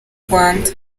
rwanda